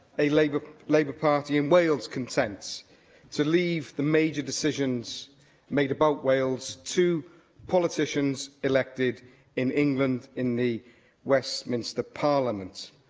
a labour labour party in wales content to leave the major decisions made about wales to politicians elected in england in the westminster parliament.